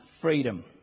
freedom